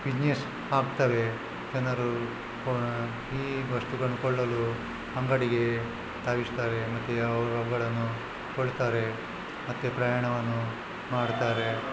business ಆಗ್ತವೆ ಜನರು ಈ ವಸ್ತುಗಳನ್ನು ಕೊಳ್ಳಲು ಅಂಗಡಿಗೆ ಧಾವಿಸ್ತಾರೆ ಮತ್ತು ಅವುಗಳನ್ನು ಕೊಳ್ತಾರೆ ಮತ್ತು ಪ್ರಯಾಣವನ್ನು ಮಾಡ್ತಾರೆ